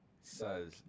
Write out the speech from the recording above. says